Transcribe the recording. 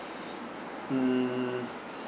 mm